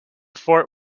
fort